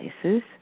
places